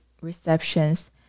receptions